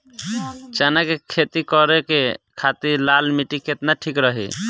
चना के खेती करे के खातिर लाल मिट्टी केतना ठीक रही?